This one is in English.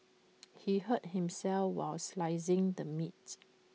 he hurt himself while slicing the meat